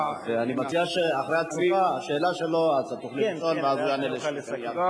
אני מציע שאחרי השאלה שלו תוכלי לשאול ואז הוא יענה לשניכם.